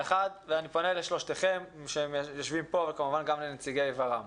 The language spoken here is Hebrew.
אני פונה לשלושתכם שיושבים כאן וכמובן גם לנציגי ור"ם.